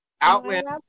Outlander